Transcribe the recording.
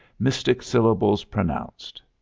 mystic syllables pronounced.